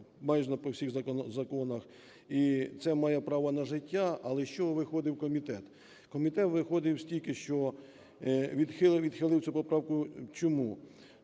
майже по всіх законах. І це має право на життя, але з чого виходив комітет? Комітет виходив, оскільки, що… відхилив цю поправку чому,